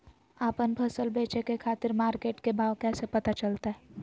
आपन फसल बेचे के खातिर मार्केट के भाव कैसे पता चलतय?